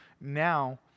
now